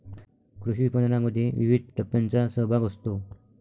कृषी विपणनामध्ये विविध टप्प्यांचा सहभाग असतो